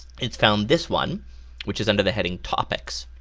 its found this one which is under the heading topics,